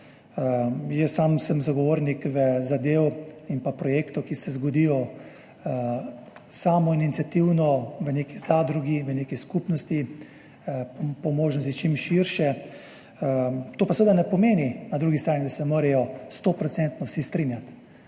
Jaz sam sem zagovornik zadev in projektov, ki se zgodijo samoiniciativno v neki zadrugi, v neki skupnosti, po možnosti čim širše. To pa seveda ne pomeni na drugi strani, da se morajo stoprocentno vsi strinjati.